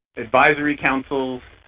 advisory councils,